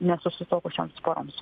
nesusituokusioms poroms